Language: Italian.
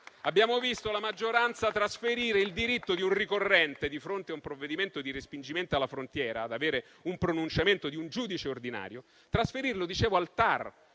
Abbiamo visto la maggioranza trasferire al TAR il diritto di un ricorrente di fronte a un provvedimento di respingimento alla frontiera ad avere un pronunciamento di un giudice ordinario, uno slittamento